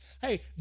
Hey